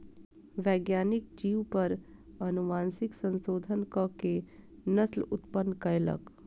वैज्ञानिक जीव पर अनुवांशिक संशोधन कअ के नस्ल उत्पन्न कयलक